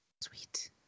Sweet